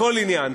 בכל עניין,